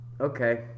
Okay